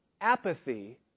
apathy